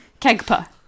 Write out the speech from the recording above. Kegpa